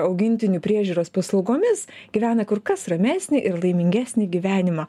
augintinių priežiūros paslaugomis gyvena kur kas ramesnį ir laimingesnį gyvenimą